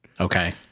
Okay